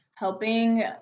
helping